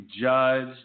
Judge